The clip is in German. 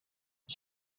ich